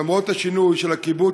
למרות השינוי של הקיבוץ,